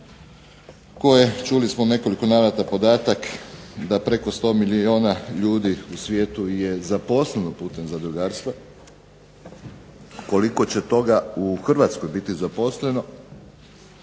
koje, čuli smo u nekoliko navrata podatak, da preko 100 milijuna ljudi u svijetu je zaposleno putem zadrugarstva. Koliko će toga u Hrvatskoj biti zaposleno